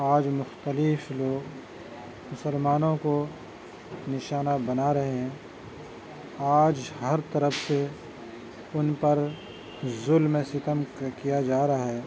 آج مختلف لوگ مسلمانوں کو نشانہ بنا رہے ہیں آج ہر طرف سے ان پر ظلم و ستم کیا جا رہا ہے